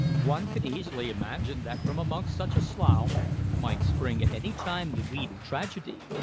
one can easily imagine that from amongst such a slough might spring at any time the weed of tragedy.